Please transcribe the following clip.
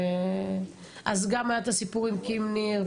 נכון לעכשיו צריך למצוא עתודת כליאה מסודרת